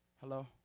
Hello